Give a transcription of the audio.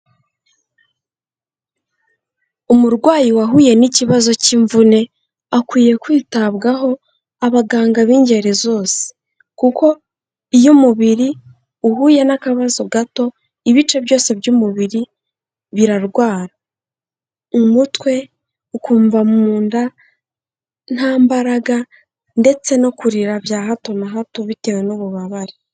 Umurwayi wahuye n'ikibazo cy'imvune, akwiye kwitabwaho abaganga b'ingeri zose. Kuko iyo umubiri uhuye n'akabazo gato, ibice byose by'umubiri birarwara, umutwe, ukumva mu nda nta mbaraga ndetse no kurira bya hato na hato bitewe n'ububabare.